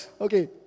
Okay